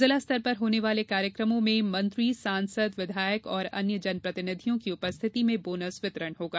जिला स्तर पर होने वाले कार्यक्रमों में मंत्री सांसद विधायक और अन्य जन प्रतिनिधियों की उपस्थिति में बोनस वितरण होगा